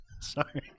Sorry